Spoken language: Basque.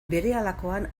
berehalakoan